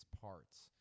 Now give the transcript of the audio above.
parts